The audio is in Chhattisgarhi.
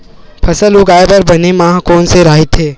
फसल उगाये बर बने माह कोन से राइथे?